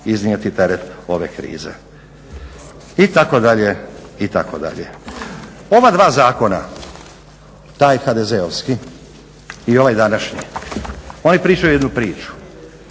iznijeti teret ove krize itd., itd. Ova dva zakona taj HDZ-ovski i ovaj današnji, oni pričaju jednu priču.